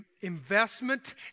investment